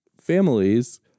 families